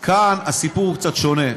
כאן הסיפור הוא קצת שונה.